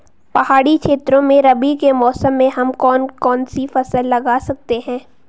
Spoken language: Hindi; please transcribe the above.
पहाड़ी क्षेत्रों में रबी के मौसम में हम कौन कौन सी फसल लगा सकते हैं?